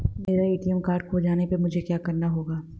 मेरा ATM card खो जाने पर मुझे क्या करना होगा?